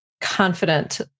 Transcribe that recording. confident